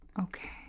Okay